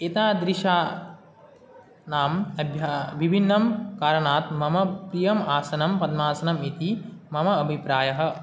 एतादृशानां विभिन्नकारणात् मम प्रियम् आसनं पद्मासनम् इति मम अभिप्रायः